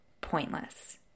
pointless